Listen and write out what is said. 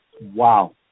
wow